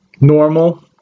normal